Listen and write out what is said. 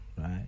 right